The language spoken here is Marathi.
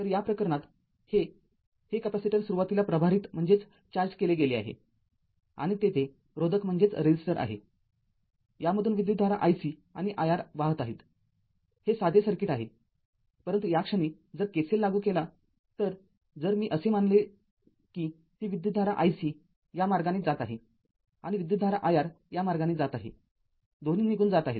तर या प्रकरणात हे हे कॅपेसिटर सुरुवातीला प्रभारित केले गेले आहे आणि तेथे रोधक आहे यामधून विद्युतधारा iC आणि iR वाहत आहेत हे साधे सर्किट आहेपरंतु या क्षणी जर KCL लागू केला तर जर मी असे मानले की ती विद्युतधारा iC या मार्गाने जात आहे आणि विद्युतधारा iR या मार्गाने जात आहे दोन्ही निघून जात आहेत